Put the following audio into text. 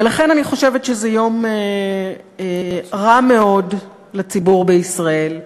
ולכן אני חושבת שזה יום רע מאוד לציבור בישראל.